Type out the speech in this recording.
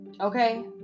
Okay